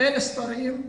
אין ספרים,